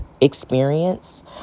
experience